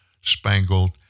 Spangled